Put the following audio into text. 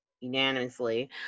unanimously